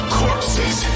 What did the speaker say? corpses